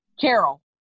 Carol